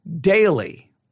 daily